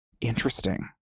Interesting